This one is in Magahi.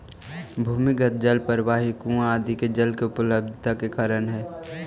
भूमिगत जल प्रवाह ही कुआँ आदि में जल के उपलब्धता के कारण हई